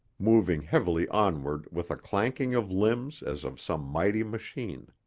moving heavily onward with a clanking of limbs as of some mighty machine.